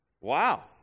Wow